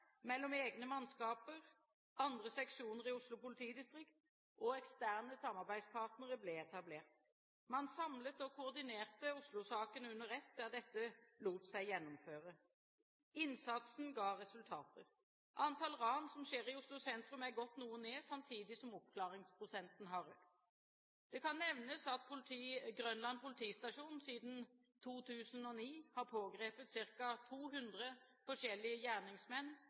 mellom egne mannskaper, andre seksjoner i Oslo politidistrikt og eksterne samarbeidspartnere ble etablert. Man samlet og koordinerte Oslo-sakene under ett, der dette lot seg gjennomføre. Innsatsen ga resultater. Antall ran som skjer i sentrum av Oslo, har gått noe ned, samtidig som oppklaringsprosenten har økt. Det kan nevnes at Grønland politistasjon siden 2009 har pågrepet ca. 200 forskjellige gjerningsmenn